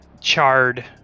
charred